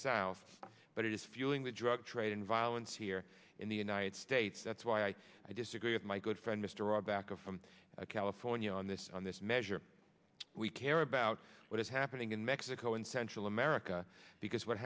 south but it is fueling the drug trade and violence here in the united states that's why i disagree with my good friend mr are back of california on this on this measure we care about what is happening in mexico and central america because what